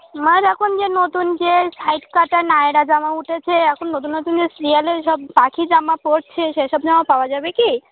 আমার এখন যে নতুন যে সাইড কাটা নায়রা জামা উঠেছে এখন নতুন নতুন যে সিরিয়ালের যে সব পাখি জামা পরছে সে সব জামা পাওয়া যাবে কি